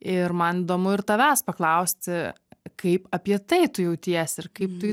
ir man įdomu ir tavęs paklausti kaip apie tai tu jautiesi ir kaip tu